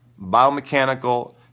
biomechanical